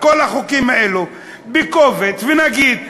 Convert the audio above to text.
את כל החוקים האלה בקובץ ונגיד: